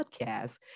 podcast